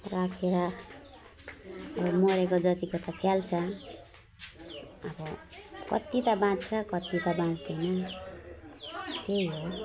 राखेर मरेको जतिको त फ्याल्छ अब कति त बाँच्छ कति त बाँच्तैन त्यही हो